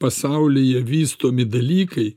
pasaulyje vystomi dalykai